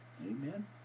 Amen